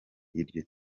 iryo